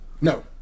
No